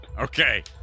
Okay